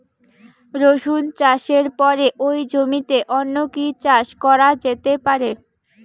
রসুন চাষের পরে ওই জমিতে অন্য কি চাষ করা যেতে পারে?